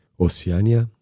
Oceania